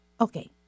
Okay